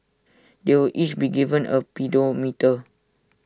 they will each be given A pedometer